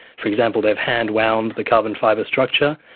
for example, they've hand-wound the carbon fibre structure,